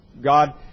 God